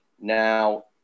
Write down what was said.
now